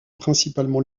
principalement